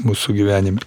mūsų gyvenime